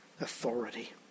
authority